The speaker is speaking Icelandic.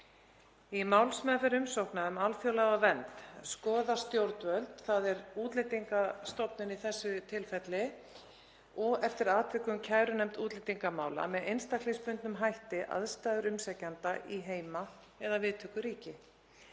Í málsmeðferð umsókna um alþjóðlega vernd skoða stjórnvöld, þ.e. Útlendingastofnun í þessu tilfelli og eftir atvikum kærunefnd útlendingamála, með einstaklingsbundnum hætti aðstæður umsækjanda í heima- eða viðtökuríki.